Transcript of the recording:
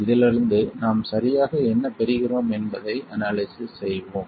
இதிலிருந்து நாம் சரியாக என்ன பெறுகிறோம் என்பதை அனாலிசிஸ் செய்வோம்